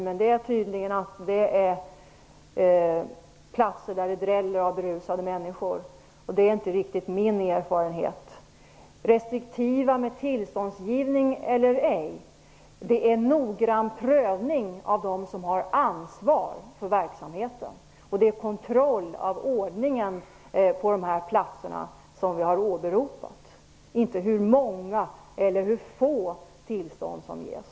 Enligt henne är det tydligen platser där det dräller av berusade människor. Det är inte riktigt min erfarenhet. Man kan tala om huruvida tillståndsgivningen sker restriktivt eller ej. Det sker en noggrann prövning av dem som har ansvar för verksamheten. Det är den kontrollen av ordningen som vi har åberopat, inte hur många eller hur få tillstånd som ges.